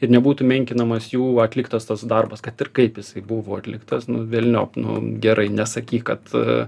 kad nebūtų menkinamas jų atliktas tas darbas kad ir kaip jisai buvo atliktas nu velniop nu gerai nesakyk kad